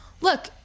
look